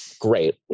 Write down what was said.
Great